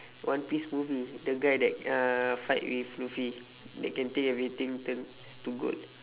one piece movie the guy that uh fight with luffy that can turn everything turns to gold